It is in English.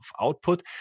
output